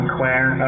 Claire